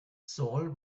saul